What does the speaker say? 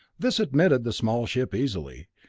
this admitted the small ship easily,